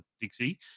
Dixie